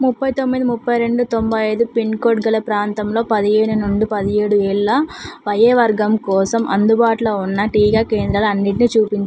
ముప్పై తొమ్మిది ముప్పై రెండు తొంభై ఐదు పిన్కోడ్ గల ప్రాంతంలో పదిహేను నుండి పదిహేడు ఏళ్ళ వయోవర్గం కోసం అందుబాటులో ఉన్న టీకా కేంద్రాలు అన్నిటినీ చూపిన్